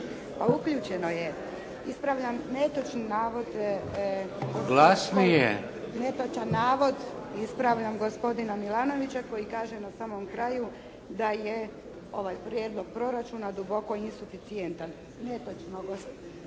kolege. Ispravljam netočni navod gospodina Milanovića koji kaže na samom kraju, da je ovaj prijedlog proračuna duboko insuficijentan. Netočno, rekli